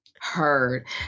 heard